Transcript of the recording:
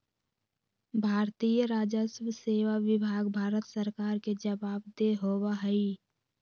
भारतीय राजस्व सेवा विभाग भारत सरकार के जवाबदेह होबा हई